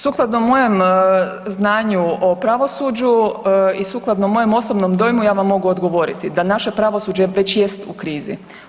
Sukladno mojem znanju o pravosuđu i sukladno mojem osobnom dojmu ja vam mogu odgovoriti da naše pravosuđe već jest u krizi.